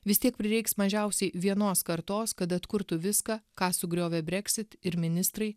vis tiek prireiks mažiausiai vienos kartos kad atkurtų viską ką sugriovė brexit ir ministrai